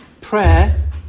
prayer